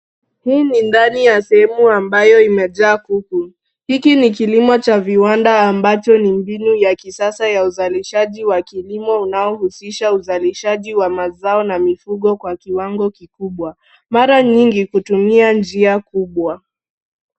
Hii ni ndani ya sehemu ambayo imejaa kuku. Hiki ni kilimo cha viwanda ambacho ni mbinu ya kisasa ya uzalishaji wa kilimo unaohusisha uzalishaji wa mazao na mifugo kwa kiwango kikubwa. Mara nyingi hutumia njia kubwa.